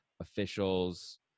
officials